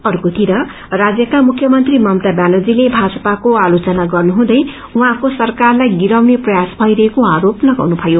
अर्कोतिर राज्यका मुख्यमन्त्री ममता व्यानर्जीले भाजपाको आलोचना गर्नुहुँदै मन्नुभयो उहौंको सरकारलाई गिराउने प्रयास मइरहेको आरोप लगाउनुभयो